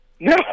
No